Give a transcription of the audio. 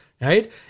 right